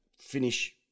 finish